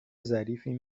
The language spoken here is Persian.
ظریفی